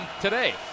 today